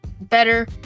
better